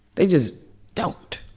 they just don't.